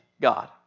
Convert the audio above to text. God